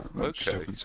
Okay